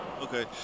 Okay